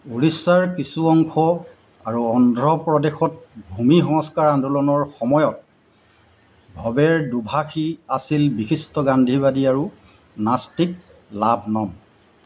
উৰিষ্যাৰ কিছু অংশ আৰু অন্ধ্ৰপ্ৰদেশত ভূমি সংস্কাৰ আন্দোলনৰ সময়ত ভৱেৰ দোভাষী আছিল বিশিষ্ট গান্ধীবাদী আৰু নাস্তিক লাভনম